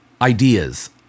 ideas